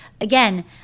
again